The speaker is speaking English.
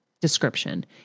description